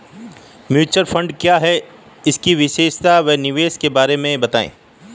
Mutual fund क्या है इसकी विशेषता व निवेश के बारे में बताइये?